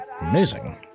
Amazing